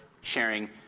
sharing